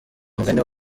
mugani